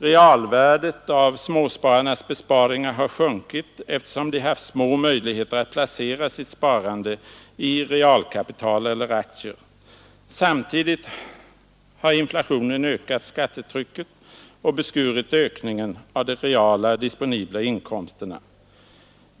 Realvärdet av småspararnas besparingar har sjunkit eftersom de har haft små möjligheter att placera sitt sparande i realkapital eller aktier. Samtidigt har inflationen ökat skattetrycket och beskurit ökningen av de reala disponibla inkomsterna.